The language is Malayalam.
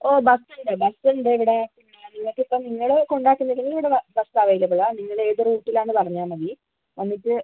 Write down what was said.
ഓ ബസ് ഉണ്ട് ബസ് ഉണ്ട് ഇവിടെ ആ നിങ്ങൾക്ക് ഇപ്പം നിങ്ങൾ കൊണ്ടാക്കുന്നില്ലെങ്കിൽ ഇവിടെ ബസ് അവൈലബിൾ ആണ് നിങ്ങൾ ഏത് റൂട്ടിലാണെന്ന് പറഞ്ഞാൽ മതി വന്നിട്ട്